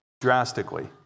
drastically